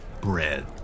bread